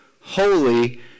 holy